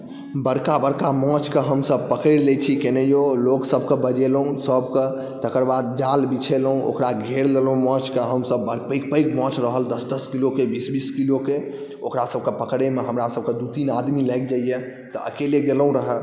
बड़का बड़का माछके हमसब पकड़ि लै छी केनाहिओ लोकसबके बजेलहुँ सबके तकर बाद जाल बिछेलहुँ ओकरा घेरि लेलहुँ माछके हमसब बड़ पैघ पैघ माछ रहल दस दस किलोके बीस बीस किलोके ओकरासबके पकड़ैमे हमरासबके दू तीन आदमी लागि जाइए तऽ अकेले गेलहुँ रहै